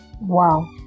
Wow